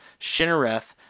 Shinareth